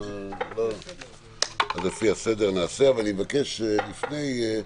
אני מבקש לפני,